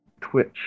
Twitch